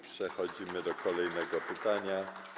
Przechodzimy do kolejnego pytania.